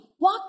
walk